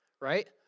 right